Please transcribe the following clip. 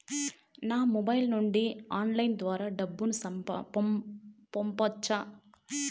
నా మొబైల్ నుండి ఆన్లైన్ ద్వారా డబ్బును పంపొచ్చా